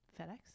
FedEx